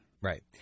Right